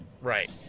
right